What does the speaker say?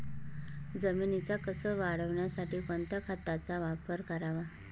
जमिनीचा कसं वाढवण्यासाठी कोणत्या खताचा वापर करावा?